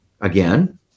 again